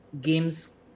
games